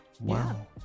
Wow